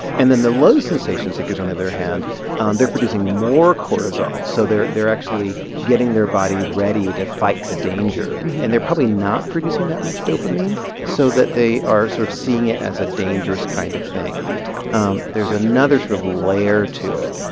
and then the low sensation seekers, on the other hand they're producing more cortisol, so they're they're actually getting their body ready to fight the danger. and they're probably not producing that much dopamine so that they are sort of seeing it as a dangerous kind of thing right um there's another sort of layer to it,